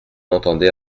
entendait